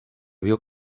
vio